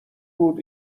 بود